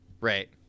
Right